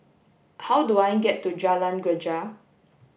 how do I get to Jalan Greja